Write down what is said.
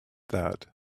that